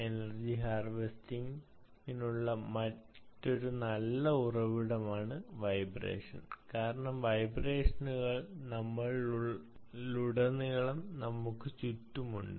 energy harvesting നുള്ള മറ്റൊരു നല്ല ഉറവിടമാണ് വൈബ്രേഷൻ കാരണം വൈബ്രേഷനുകൾ നമ്മിലുടനീളം നമുക്ക് ചുറ്റുമുണ്ട്